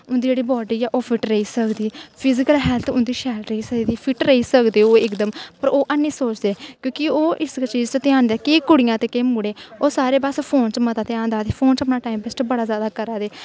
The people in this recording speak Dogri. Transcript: उंदी जेह्ड़ी बाडी ओह् फिट्ट रेही सकदी ऐ फिजीकल हैल्थ उंदी सैल रेही सकदी ऐ फिट्ट रेही सकदे ओह् इक दम पर ओह् ऐनी सोचदे क्योंकि ओह् इस चीज़ च ध्यान केह् कुड़ियां ते केह् मुड़े ओह् सारे बस फोन च मता ध्यान देआ दे फोन च टाईम बेस्ट अपना मता जादा करा दे